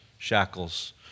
Shackles